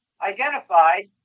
Identified